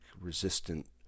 resistant